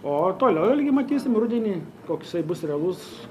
o toliau ilgi matysim rudenį koksai bus realus